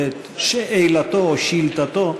או שאילתתו,